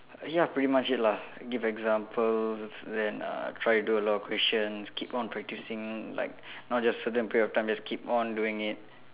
ya pretty much it lah give examples then uh try do a lot of questions keep on practicing like not just certain period of time just keep on doing it